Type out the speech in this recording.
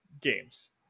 games